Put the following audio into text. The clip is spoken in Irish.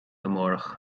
amárach